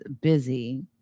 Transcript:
busy